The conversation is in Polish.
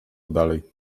dalej